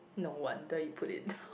no wonder you put it down